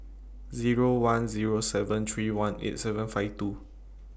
Zero one Zero seven three one eight seven five two